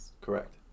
Correct